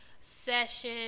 session